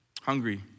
Hungry